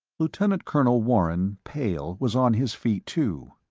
lieutenant colonel warren, pale, was on his feet too.